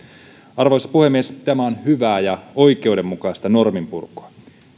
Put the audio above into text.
arvoisa puhemies tämä on hyvää ja oikeudenmukaista norminpurkua